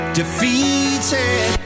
defeated